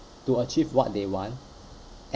to achieve what they want